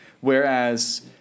Whereas